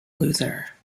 loser